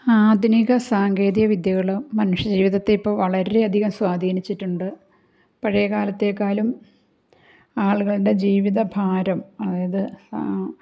ആധുനിക സാങ്കേതിക വിദ്യകൾ മനുഷ്യജീവിതത്തെ ഇപ്പോൾ വളരെ അധികം സ്വാധീനിച്ചിട്ടുണ്ട് പഴയ കാലത്തേക്കാളും ആളുകളുടെ ജീവിത ഭാരം അതായത്